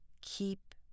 keep